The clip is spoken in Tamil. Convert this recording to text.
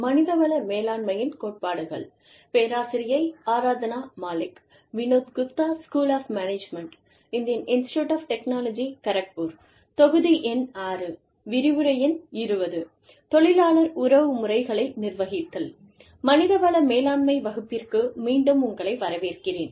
மனித வள மேலாண்மை வகுப்பிற்கு மீண்டும் உங்களை வரவேற்கிறேன்